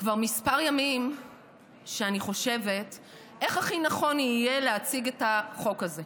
כבר כמה ימים אני חושבת איך הכי נכון יהיה להציג את החוק הזה,